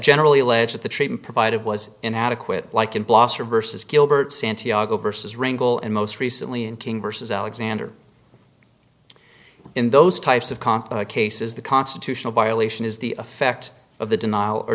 generally allege that the treatment provided was inadequate like in blosser versus gilbert santiago versus ringle and most recently in king versus alexander in those types of complications the constitutional violation is the effect of the denial or